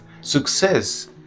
success